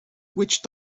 witch